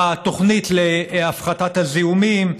בתוכנית להפחתת הזיהומים,